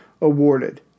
awarded